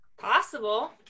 Possible